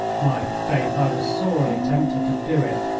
my faith, i was sorely tempted to do it,